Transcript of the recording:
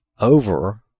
over